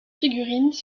figurines